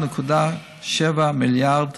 בכ-1.7 מיליארד